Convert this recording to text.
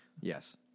Yes